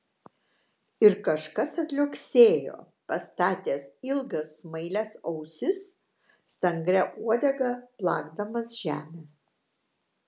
ir kažkas atliuoksėjo pastatęs ilgas smailias ausis stangria uodega plakdamas žemę